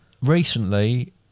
Recently